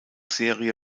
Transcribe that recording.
serie